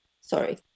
Sorry